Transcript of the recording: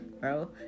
bro